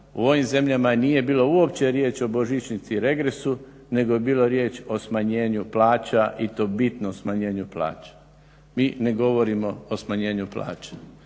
U ovim zemljama nije bilo uopće riječi o božićnici i regresi nego je bilo riječi o smanjenju plaća i to bitnom smanjenju plaća. Mi ne govorimo o smanjenju plaća,